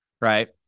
right